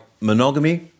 monogamy